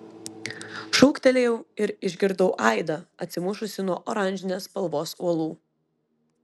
šūktelėjau ir išgirdau aidą atsimušusį nuo oranžinės spalvos uolų